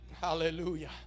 Hallelujah